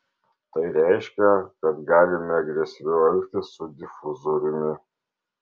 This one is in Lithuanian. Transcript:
tai reiškia kad galime agresyviau elgtis su difuzoriumi